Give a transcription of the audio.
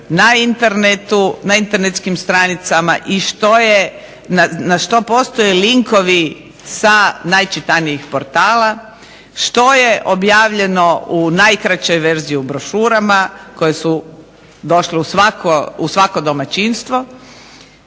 je objavljeno na internetskim stranicama i na što postoje linkovi sa najčitanijih portala, što je objavljeno u najkraćoj verziji u brošurama koje su došle u svako domaćinstvo